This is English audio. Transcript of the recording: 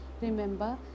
Remember